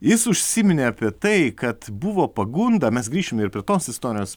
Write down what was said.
jis užsiminė apie tai kad buvo pagunda mes grįšime ir prie tos istorijos